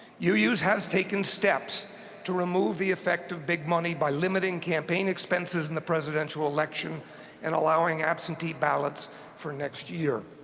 uu's has taken steps to remove the effect of big money by limiting campaign expenses in the presidential election and allowing absentee ballots for next year.